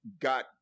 got